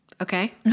Okay